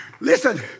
listen